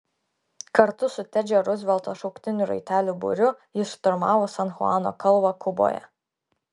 kartu su tedžio ruzvelto šauktinių raitelių būriu jis šturmavo san chuano kalvą kuboje